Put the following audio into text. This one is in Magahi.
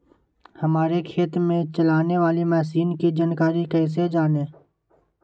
हमारे खेत में चलाने वाली मशीन की जानकारी कैसे जाने?